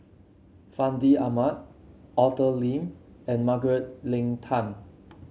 Fandi Ahmad Arthur Lim and Margaret Leng Tan